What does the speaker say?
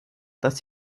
dass